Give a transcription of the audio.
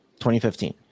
2015